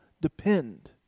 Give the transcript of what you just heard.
depend